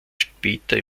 später